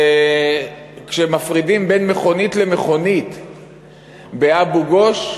כשמפרידים בין מכונית למכונית באבו-גוש,